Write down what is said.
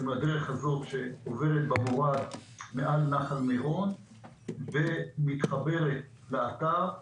בדרך הזאת שעוברת במורד מעל נחל מירון ומתחברת לאתר.